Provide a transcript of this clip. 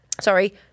Sorry